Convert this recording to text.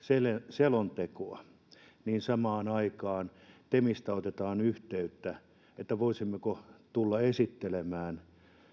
selontekoa samaan aikaan temistä otetaan yhteyttä että voisimmeko tulla esittelemään